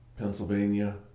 Pennsylvania